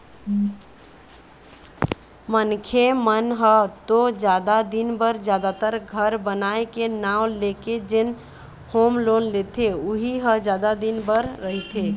मनखे मन ह तो जादा दिन बर जादातर घर बनाए के नांव लेके जेन होम लोन लेथे उही ह जादा दिन बर रहिथे